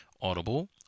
Audible